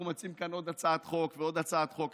אנחנו מציעים כאן עוד הצעת חוק ועוד הצעת חוק,